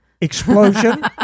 Explosion